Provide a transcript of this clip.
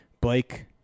Blake